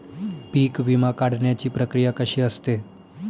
पीक विमा काढण्याची प्रक्रिया कशी असते?